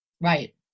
Right